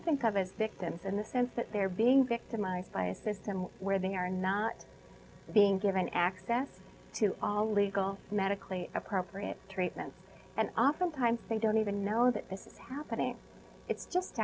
think of as victims in the sense that they're being victimized by a system where they are not being given access to legal medically appropriate treatment and oftentimes they don't even know that it's happening it's just